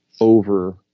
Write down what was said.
over